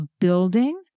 building